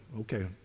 okay